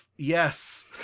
Yes